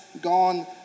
gone